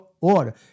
order